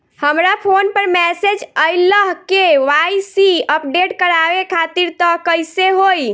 हमरा फोन पर मैसेज आइलह के.वाइ.सी अपडेट करवावे खातिर त कइसे होई?